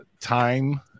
time